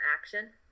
action